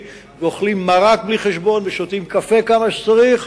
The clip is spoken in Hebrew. ואוכלים מרק בלי חשבון ושותים קפה כמה שצריך,